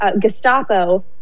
Gestapo